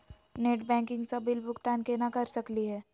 Net banking स bill भुगतान केना कर सकली हे?